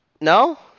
No